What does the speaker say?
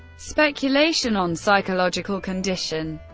speculation on psychological condition